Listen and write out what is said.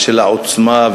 ושל העוצמה,